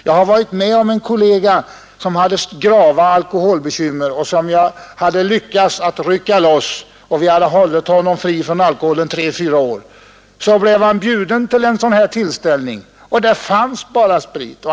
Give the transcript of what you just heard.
Jag hade för ett femtontal år sedan en kollega med grava alkoholbekymmer, som jag hade lyckats rycka loss från beroendet av sprit. Vi hade hållit honom fri från alkohol tre fyra år. Så blev han bjuden till en sådan här tillställning, och där fanns bara sprit.